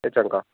एह् चंगा